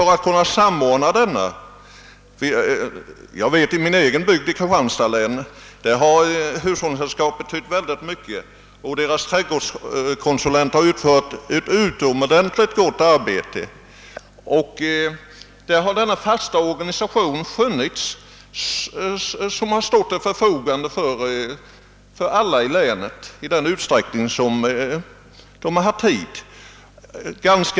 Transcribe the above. I min egen hembygd i Kristianstads län har hushållningssällskapet betytt oerhört mycket och deras trädgårdskonsulenter har uträttat ett utomordentligt gott arbete. Där har denna fasta organisation stått till förfogande för alla i länet. En ganska billig taxa har tillämpats.